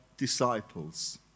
Disciples